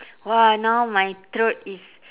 !wah! now my throat is